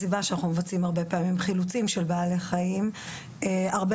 מבצעים הרבה פעמים חילוצים של בעלי חיים והרבה